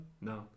No